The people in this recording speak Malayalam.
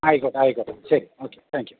ആയിക്കോട്ടെ ആയിക്കോട്ടെ ശരി ഓക്കേ താങ്ക് യൂ